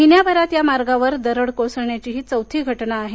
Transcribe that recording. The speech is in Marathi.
महिन्याभरात या मार्गावर दरड कोसळण्याची ही चौथी घटना आहे